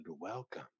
welcome